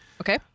Okay